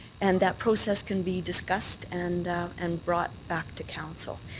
and that process can be discussed and and brought back to council.